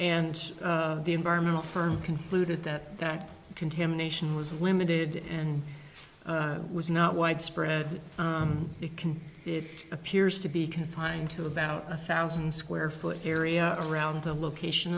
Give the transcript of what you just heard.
and the environmental firm concluded that that contamination was limited and was not widespread it can it appears to be confined to about a thousand square foot area around the location